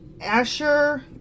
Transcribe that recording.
Asher